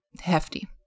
hefty